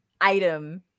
item